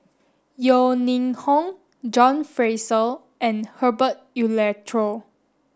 Yeo Ning Hong John Fraser and Herbert Eleuterio